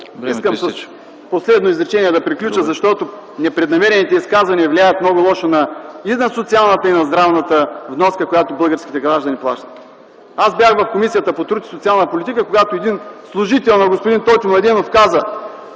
Искам с последно изречение да приключа, защото непреднамерените изказвания влияят много лошо и на социалната и на здравната вноска, която плащат българските граждани. Аз бях в Комисията по труда и социалната политика, когато един служител на господин Тотю Младенов каза: